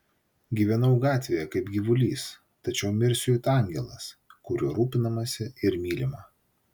gyvenau gatvėje kaip gyvulys tačiau mirsiu it angelas kuriuo rūpinamasi ir mylima